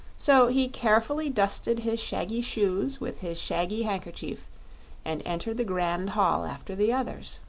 so he carefully dusted his shaggy shoes with his shaggy handkerchief and entered the grand hall after the others.